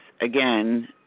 again